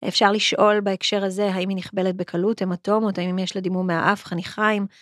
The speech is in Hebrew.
אפשר לשאול בהקשר הזה, האם היא נכבלת בקלות, הן אטום, האם יש לה דימום מהאף, חניכיים.